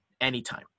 Anytime